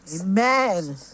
Amen